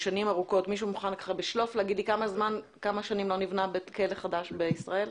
מישהו יכול להגיד לי ב"שלוף" כמה שנים לא נבנה כלא חדש בישראל?